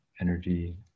energy